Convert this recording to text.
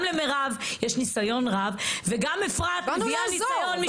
גם למירב יש ניסיון רב וגם אפרת מביאה ניסיון משפטי.